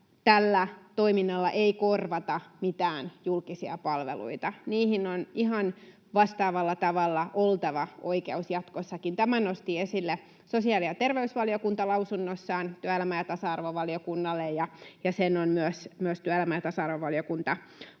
tällä toiminnalla ei korvata mitään julkisia palveluita. Niihin on ihan vastaavalla tavalla oltava oikeus jatkossakin. Tämän nosti esille sosiaali- ja terveysvaliokunta lausunnossaan työelämä- ja tasa-arvovaliokunnalle, ja sen on myös työelämä- ja tasa-arvovaliokunta osaltaan